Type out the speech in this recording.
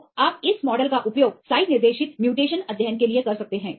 तो आप इस मॉडल का उपयोग साइट निर्देशित उत्परिवर्तन अध्ययन के लिए कर सकते हैं